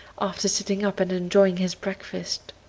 after sitting up and enjoying his breakfast.